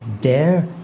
Dare